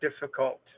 difficult